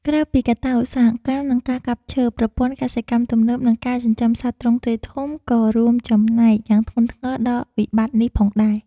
ក្រៅពីកត្តាឧស្សាហកម្ម និងការកាប់ឈើ ប្រព័ន្ធកសិកម្មទំនើប និងការចិញ្ចឹមសត្វទ្រង់ទ្រាយធំក៏រួមចំណែកយ៉ាងធ្ងន់ធ្ងរដល់វិបត្តិនេះផងដែរ។